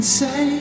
say